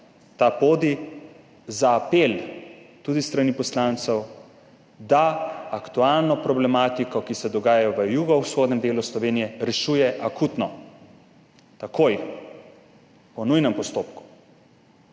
ta podij za apel, tudi s strani poslancev, da aktualno problematiko, ki se dogaja v jugovzhodnem delu Slovenije, rešuje akutno, takoj, po nujnem postopku.